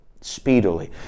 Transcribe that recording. speedily